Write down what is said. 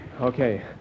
Okay